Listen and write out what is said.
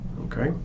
Okay